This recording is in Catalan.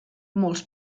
molts